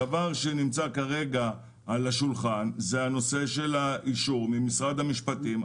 הדבר שנמצא כרגע על השולחן הוא אישור משרד המשפטים.